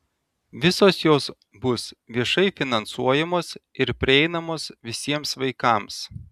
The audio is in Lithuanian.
visos jos bus viešai finansuojamos ir prieinamos visiems vaikams